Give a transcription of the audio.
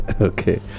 Okay